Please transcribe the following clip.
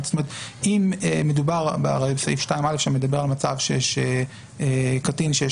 זאת אומרת אם מדובר בסעיף 2א שמדבר על מצב שקטין שיש